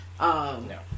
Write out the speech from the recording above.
No